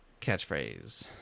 catchphrase